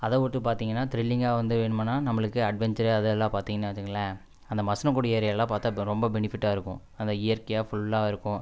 அதை விட்டு பார்த்தீங்கன்னா திரில்லிங்காக வந்து வேணுமுன்னால் நம்மளுக்கு அட்வென்ச்சரு அது எல்லாம் பார்த்தீங்கன்னா வெச்சுக்கோங்களே அந்த மசனக்குடி ஏரியாவெல்லாம் பார்த்தா இப்போ ரொம்ப பெனிஃபிட்டாக இருக்கும் அந்த இயற்கையாக ஃபுல்லாக இருக்கும்